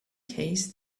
case